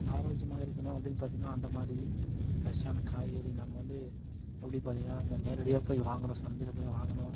அரோக்கியமாக இருக்கணும் அப்படின்னு பார்த்திங்னா அந்த மாதிரி ஃரெஷ்ஷான காய்கறி நம்ம வந்து எப்படி பார்த்திங்னா அங்கே நேரடியாக போய் வாங்கிறோம் சந்தையில் போய் வாங்கணும்